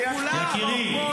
בקריית שמונה לא.